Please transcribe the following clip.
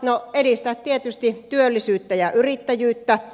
no edistää tietysti työllisyyttä ja yrittäjyyttä